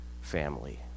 family